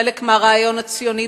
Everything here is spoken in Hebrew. חלק מהרעיון הציוני,